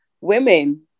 women